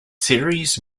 series